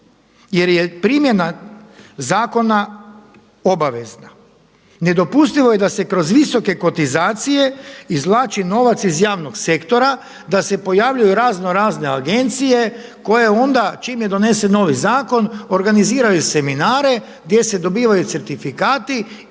jer je primjena zakona obavezna. Nedopustivo je da se kroz visoke kotizacije izvlači novac iz javnog sektora, da se pojavljuju razno razne agencije koje onda čim je donesen novi zakon organiziraju seminare gdje se dobivaju certifikati i mi to moramo sve